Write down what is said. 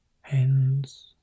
hands